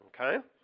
Okay